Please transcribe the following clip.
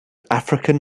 african